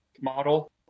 model